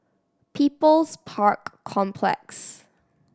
People's Park Complex